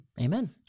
Amen